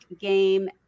game